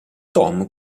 tom